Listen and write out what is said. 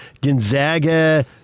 Gonzaga